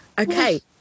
Okay